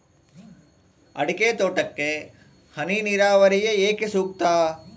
ಅಡಿಕೆ ತೋಟಕ್ಕೆ ಹನಿ ನೇರಾವರಿಯೇ ಏಕೆ ಸೂಕ್ತ?